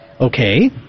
Okay